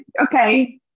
okay